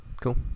Cool